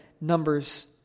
Numbers